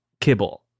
Kibble